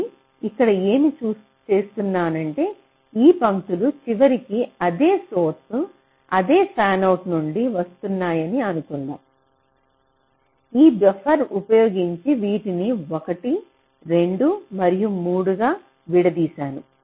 కానీ ఇక్కడ ఏమి చేస్తున్నానంటే ఈ పంక్తులు చివరికి అదే సోర్స్ అదే ఫ్యాన్అవుట్ నుండి వస్తున్నాయని అనుకుందాం ఈ బఫర్ ఉపయోగించి వీటిని1 2 మరియు 3 గా విడదీశాను